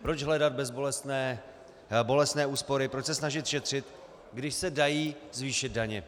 Proč hledat bolestné úspory, proč se snažit šetřit, když se dají zvýšit daně?